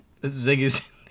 Ziggy's